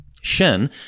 Shen